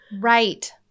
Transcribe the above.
Right